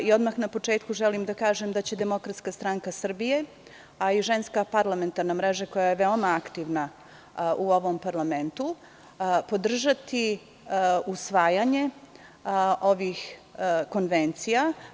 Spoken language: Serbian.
Odmah na početku želim da kažem da će DSS, a i Ženska parlamentarna mreža, koja je veoma aktivna u ovom parlamentu, podržati usvajanje ovih konvencija.